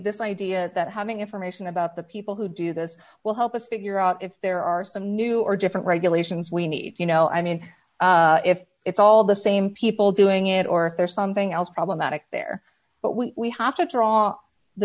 this idea that having information about the people who do this will help us figure out if there are some new or different regulations we need you know i mean if it's all the same people doing it or if there's something else problematic there but we have to draw the